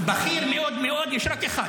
בכיר מאוד מאוד יש רק אחד.